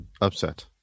Upset